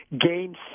game